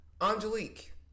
Angelique